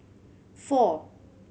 four